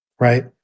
right